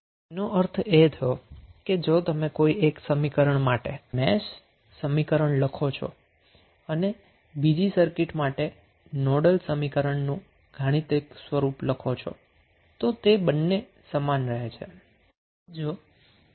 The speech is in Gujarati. તો તેનો અર્થ એ થયો કે જો તમે કોઈ એક સમીકરણ માટે મેશ સમીકરણ લખો છો અને બીજી સર્કિટ માટે નોડલ સમીકરણ નું ગાણિતિક રૂપ લખો છો તો તે બંને સમાન રહે છે